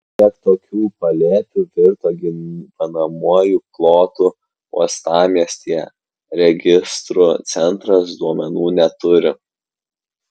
kiek tokių palėpių virto gyvenamuoju plotu uostamiestyje registrų centras duomenų neturi